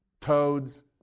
toads